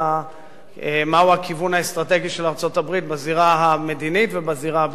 מהו הכיוון האסטרטגי של ארצות-הברית בזירה המדינית ובזירה הביטחונית.